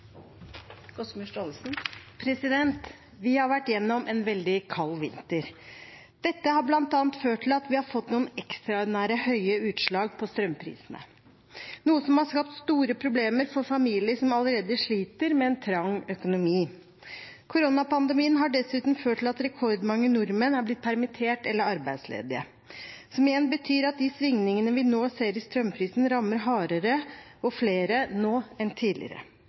Vi har vært igjennom en veldig kald vinter. Dette har bl.a. ført til at vi har fått noen ekstraordinært høye utslag på strømprisene, noe som har skapt store problemer for familier som allerede sliter med en trang økonomi. Koronapandemien har dessuten ført til at rekordmange nordmenn er blitt permittert eller arbeidsledige, noe som igjen betyr at de svingningene vi nå ser i strømprisen, rammer hardere og flere nå enn tidligere.